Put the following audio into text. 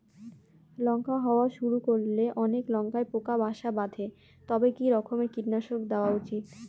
লঙ্কা হওয়া শুরু করলে অনেক লঙ্কায় পোকা বাসা বাঁধে তবে কি রকমের কীটনাশক দেওয়া উচিৎ?